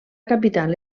capital